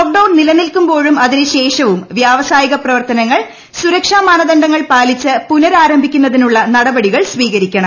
lockdown നിലനിൽക്കുമ്പോഴും അതിനുശേഷവും വ്യാവസായിക പ്രവർത്തനങ്ങൾ സൂരക്ഷാ മാനദണ്ഡങ്ങൾ പാലിച്ച് പുനരാരംഭിക്കുന്ന തിനുള്ള നടപടികൾ സ്വീകരിക്കണം